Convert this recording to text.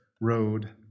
road